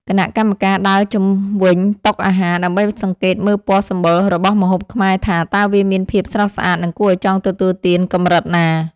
គណៈកម្មការដើរជុំវិញតុអាហារដើម្បីសង្កេតមើលពណ៌សម្បុររបស់ម្ហូបខ្មែរថា តើវាមានភាពស្រស់ស្អាត និងគួរឱ្យចង់ទទួលទានកម្រិតណា។